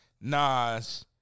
Nas